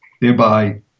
thereby